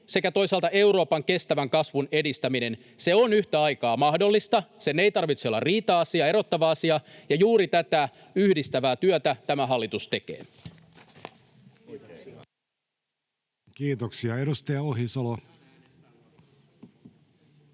sekä toisaalta Euroopan kestävän kasvun edistäminen, se on yhtä aikaa mahdollista. Sen ei tarvitse olla riita-asia, erottava asia, ja juuri tätä yhdistävää työtä tämä hallitus tekee. [Speech 10] Speaker: